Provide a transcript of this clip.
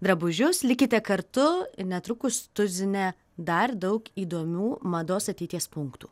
drabužius likite kartu netrukus tuzine dar daug įdomių mados ateities punktų